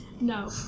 No